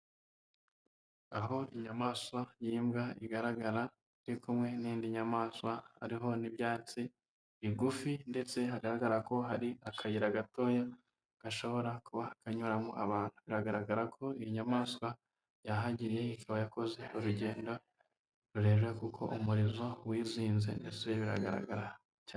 Aho inyamaswa y'imbwa igaragara iri kumwe n'indi nyamaswa hariho n'ibyatsi bigufi ndetse hagaragara ko hari akayira gatoya gashobora kuba kanyuramo abantu. Biragaragara ko iyi nyamaswa yahagiriye ikaba yakoze urugendo rurerure kuko umurizo wizinze ndetse biragaragara cyane.